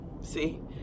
See